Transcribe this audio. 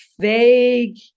vague